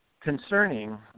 concerning